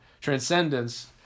Transcendence